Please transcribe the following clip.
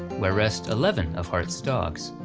we're rest eleven of hart's dogs.